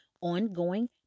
ongoing